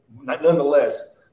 nonetheless